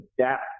adapt